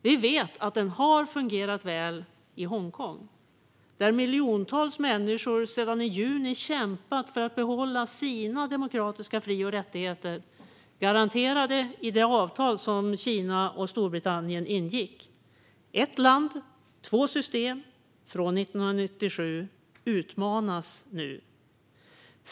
Vi vet att den har fungerat väl i Hongkong, där miljontals människor sedan i juni kämpat för att behålla sina demokratiska fri och rättigheter, garanterade i det avtal som Kina och Storbritannien ingick 1997 om ett land med två system. Detta avtal utmanas nu.